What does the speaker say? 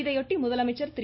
இதையொட்டி முதலமைச்சர் திரு